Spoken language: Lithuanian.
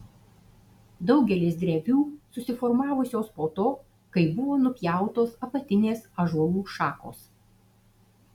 daugelis drevių susiformavusios po to kai buvo nupjautos apatinės ąžuolų šakos